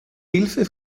hilfe